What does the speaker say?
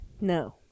No